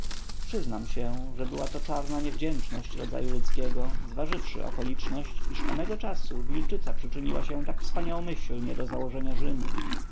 przyznam się że była to czarna niewdzięczność rodzaju ludzkiego zważywszy okoliczność iż onego czasu wilczyca przyczyniła się tak wspaniałomyślnie do założenia rzymu